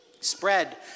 spread